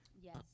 Yes